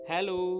Hello